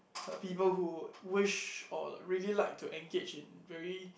uh people who wish or really like to engage in very